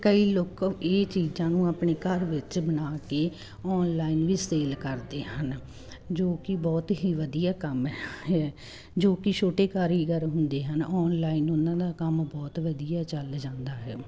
ਕਈ ਲੋਕ ਇਹ ਚੀਜ਼ਾਂ ਨੂੰ ਆਪਣੇ ਘਰ ਵਿੱਚ ਬਣਾ ਕੇ ਆਨਲਾਈਨ ਵੀ ਸੇਲ ਕਰਦੇ ਹਨ ਜੋ ਕਿ ਬਹੁਤ ਹੀ ਵਧੀਆ ਕੰਮ ਹੈ ਜੋ ਕੀ ਛੋਟੇ ਕਾਰੀਗਰ ਹੁੰਦੇ ਹਨ ਆਨਲਾਈਨ ਉਹਨਾਂ ਦਾ ਕੰਮ ਬਹੁਤ ਵਧੀਆ ਚੱਲ ਜਾਂਦਾ ਹੈ